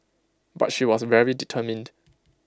but she was very determined